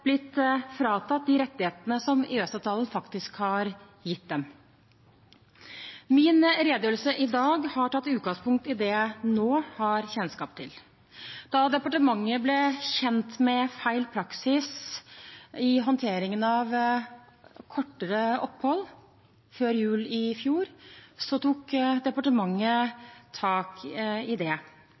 blitt fratatt de rettighetene som EØS-avtalen har gitt dem. Min redegjørelse i dag har tatt utgangspunkt i det jeg nå har kjennskap til. Da departementet ble kjent med feil praksis i håndteringen av kortere opphold før jul i fjor, tok departementet tak i det.